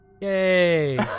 Yay